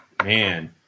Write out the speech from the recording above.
Man